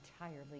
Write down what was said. entirely